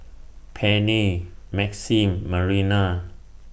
Penni Maxim Marina